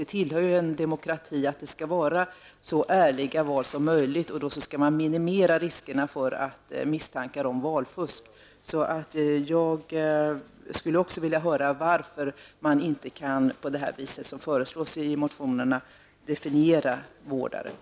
Det tillhör en demokrati att valen skall vara så ärliga som möjligt, och då borde misstankarna om valfusk minimeras. Också jag undrar varför man inte vill definiera begreppet vårdare på det sätt som föreslås i reservationen.